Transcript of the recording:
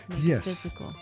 Yes